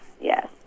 yes